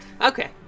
Okay